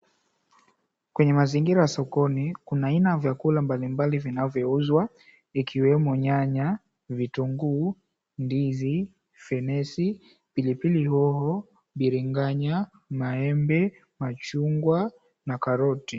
Kwenye mazingira ya sokoni kuna aina ya vyakula mbalimbali vinavyouzwa ikiwemo nyanya, vitunguu, ndizi, fenesi, pilipili hoho, biringanya, maembe, machungwa na karoti.